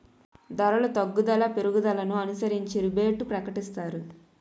ధరలు తగ్గుదల పెరుగుదలను అనుసరించి రిబేటు ప్రకటిస్తారు